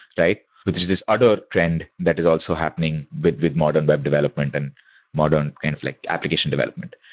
right? which is this other trend that is also happening with with modern web development and modern kind of like application development,